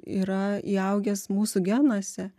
yra įaugęs mūsų genuose